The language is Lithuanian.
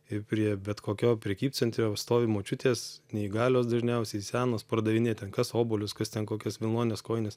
ir prie bet kokio prekybcentrio stovi močiutės neįgalios dažniausiai senos pardavinėja ten kas obuolius kas ten kokias vilnones kojines